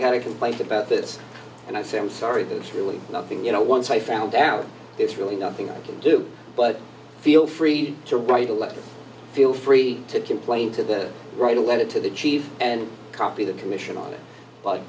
got a complaint about this and i say i'm sorry there's really nothing you know once i found out it's really nothing to do but feel free to write a letter feel free to complain to the write a letter to the chief and copy the commission on it